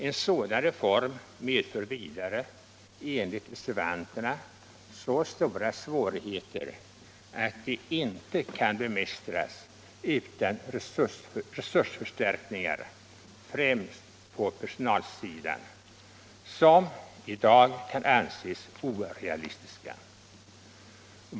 En sådan reform medför vidare enligt reservanterna så stora svårigheter att de inte kan bemästras utan resursförstärkningar, främst på personalsidan, vilka i dag kan anses orealistiska.